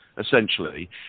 essentially